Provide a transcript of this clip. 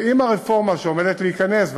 ועם הרפורמה שעומדת להיכנס,